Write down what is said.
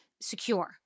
secure